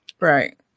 Right